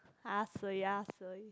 ask